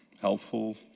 helpful